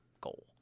goal